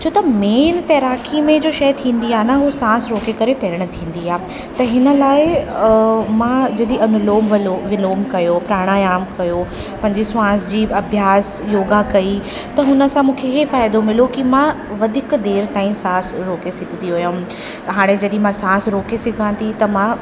छो त मेन तैराकी में जो शइ थींदी आहे न हू श्वास रोके करे तरण थींदी आहे त हिन लाइ मां जॾहिं अनुलोम विलो विलोम कयो प्रणायाम कयो पंहिंजी श्वास जी अभ्यास योगा कई त हुन सां मूंखे इहे फ़ाइदो मिलियो कि मां वधीक देर ताईं श्वास रोके सघंदी हुअमि हाणे जॾहिं मां श्वास रोके सघा थी त मां